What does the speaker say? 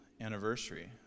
anniversary